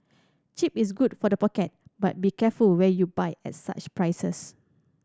cheap is good for the pocket but be careful where you buy at such prices